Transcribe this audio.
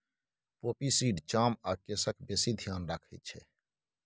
poppy seed चाम आ केसक बेसी धेआन रखै छै